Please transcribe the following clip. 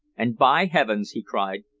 and, by heaven! he cried,